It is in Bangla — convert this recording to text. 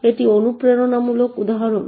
এটি অনুপ্রেরণামূলক উদাহরণ